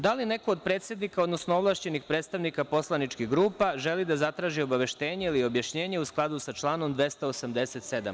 Da li neko od predsednika, odnosno ovlašćenih predstavnika poslaničkih grupa želi da zatraži obaveštenje ili objašnjenje u skladu sa članom 287.